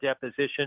deposition